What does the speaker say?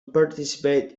participate